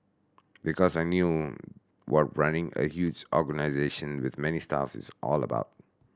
because I knew what running a huge organisation with many staff is all about